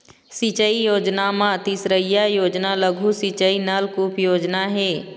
सिंचई योजना म तीसरइया योजना लघु सिंचई नलकुप योजना हे